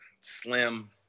slim